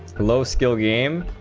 low skill game,